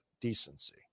decency